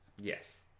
yes